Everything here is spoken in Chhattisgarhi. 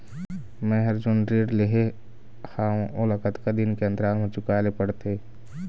मैं हर जोन ऋण लेहे हाओ ओला कतका दिन के अंतराल मा चुकाए ले पड़ते?